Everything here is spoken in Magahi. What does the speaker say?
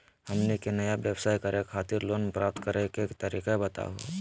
हमनी के नया व्यवसाय करै खातिर लोन प्राप्त करै के तरीका बताहु हो?